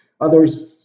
Others